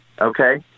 Okay